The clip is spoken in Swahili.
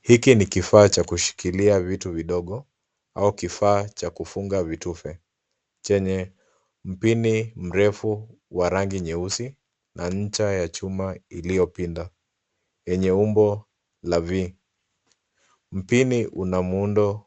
Hiki ni kifaa cha kushikilia vitu vidogo au kifaa cha kufunga vitufe chenye mpini mrefu wa rangi nyeusi na ncha ya chuma iliyopinda lenye umbo la V, mpini una muundo